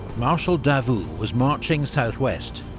marshal davout was marching southwest,